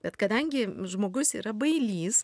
bet kadangi žmogus yra bailys